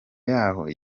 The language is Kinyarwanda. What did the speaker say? y’aho